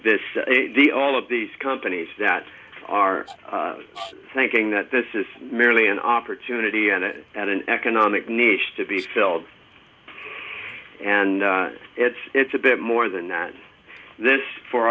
this the all of these companies that are thinking that this is merely an opportunity and it at an economic needs to be filled and it's it's a bit more than that this for